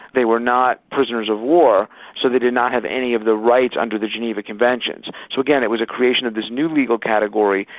they were not prisoners-of-war, so they did not have any of the rights under the geneva conventions. so again, it was a creation of this new legal category,